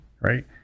right